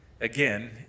again